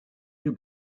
you